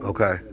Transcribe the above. Okay